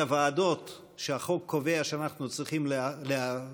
עוד היום את הוועדות שהחוק קובע שאנחנו צריכים להקים: